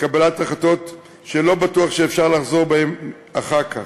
קבלת החלטות שלא בטוח שאפשר לחזור מהן אחר כך.